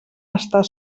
estar